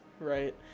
Right